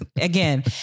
again